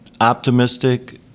optimistic